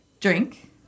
drink